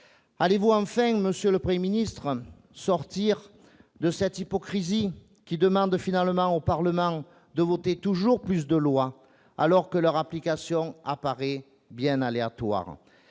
Allez-vous enfin, monsieur le Premier ministre, sortir de cette hypocrisie consistant à demander au Parlement de voter toujours plus de lois, alors que leur application apparaît bien aléatoire ?